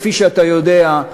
כפי שאתה יודע,